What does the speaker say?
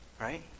Right